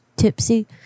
tipsy